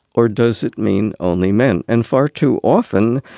or does it mean only men? and far too often,